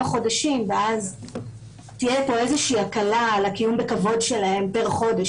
חודשים ואז תהיה פה איזה שהיא הקלה על הקיום בכבוד שלהם פר חודש,